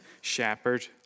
shepherd